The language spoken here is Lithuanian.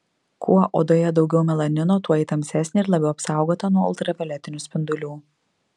kuo odoje daugiau melanino tuo ji tamsesnė ir labiau apsaugota nuo ultravioletinių spindulių